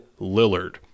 Lillard